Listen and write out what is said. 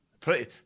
Play